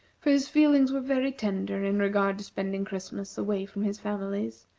for his feelings were very tender in regard to spending christmas away from his families,